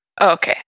Okay